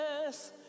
Yes